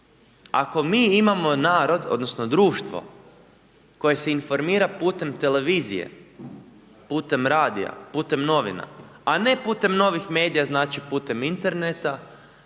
Ako mi imamo narod odnosno društvo koje se informira putem televizije, putem radija, putem novina, a ne putem novih medija znači putem interneta